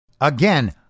Again